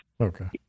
Okay